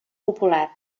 popular